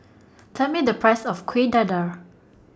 Tell Me The Price of Kuih Dadar